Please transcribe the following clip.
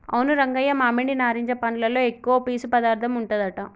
అవును రంగయ్య మామిడి నారింజ పండ్లలో ఎక్కువ పీసు పదార్థం ఉంటదట